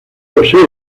posee